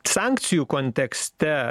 sankcijų kontekste